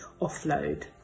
offload